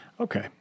Okay